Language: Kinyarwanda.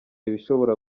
ibishobora